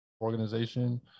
organization